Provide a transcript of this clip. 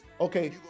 okay